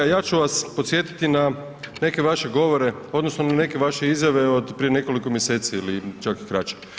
A ja ću vas podsjetiti na neke vaše govore odnosno na neke vaše izjave od prije nekoliko mjeseci ili čak i kraće.